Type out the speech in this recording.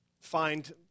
find